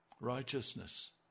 righteousness